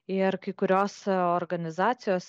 ir kai kurios organizacijos